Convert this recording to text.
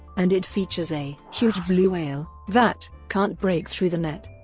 and it features a huge blue whale that can't break through the net.